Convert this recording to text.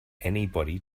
anybody